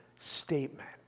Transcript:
statement